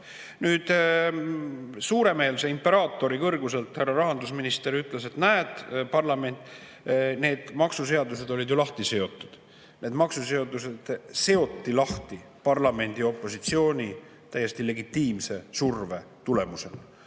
Suuremeelse imperaatori kõrguselt härra rahandusminister ütles, et näed, parlament, need maksuseadused on ju lahti seotud. Need maksuseadused seoti lahti parlamendi opositsiooni täiesti legitiimse surve tulemusena.